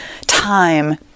time